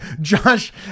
Josh